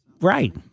Right